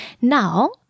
Now